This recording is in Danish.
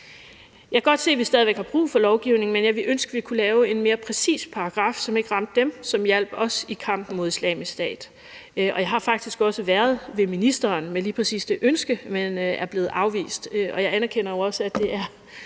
Jeg kan godt se, at vi stadig væk har brug for lovgivningen, men jeg ville ønske, vi kunne lave en mere præcis paragraf, som ikke ramte dem, som hjalp os i kampen mod Islamisk Stat. Jeg har faktisk også været ved ministeren med lige præcis det ønske, men er blevet afvist. Og jeg anerkender også, at det er